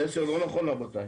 זה מסר לא נכון, רבותיי.